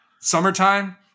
summertime